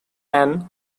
ann